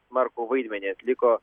smarkų vaidmenį atliko